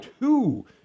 two